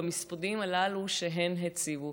במספדים הללו שהן הציבו,